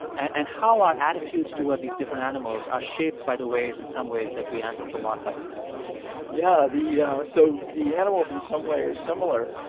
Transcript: and and how our attitudes toward these different animals are shaped by the ways in some ways that we anthropomorphize them yeah, the yeah so the animals, in some way, are similar,